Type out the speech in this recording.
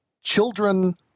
Children